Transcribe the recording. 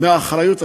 מהאחריות הזאת.